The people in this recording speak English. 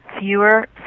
fewer